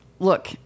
Look